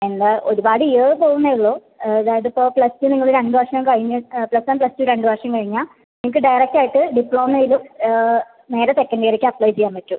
എന്താ ഒരുപാട് ഇയർ പോകുമെന്നേ ഉള്ളൂ അതായതിപ്പോൾ പ്ലസ് ടു നിങ്ങൾ രണ്ടുവർഷം കഴിഞ്ഞിട്ട് പ്ലസ് വൺ പ്ലസ് ടു രണ്ടുവർഷം കഴിഞ്ഞാൽ നിങ്ങൾക്ക് ഡയറക്റ്റ് ആയിട്ട് ഡിപ്ലോമ ചെയ്ത് നേരെ സെക്കൻഡ് ഇയറിലേക്ക് അപ്ലൈ ചെയ്യാൻ പറ്റും